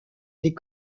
des